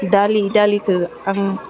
दालि दालिखौ आं